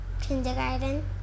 Kindergarten